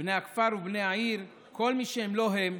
בני הכפר ובני העיר, כל מי שהם לא הם,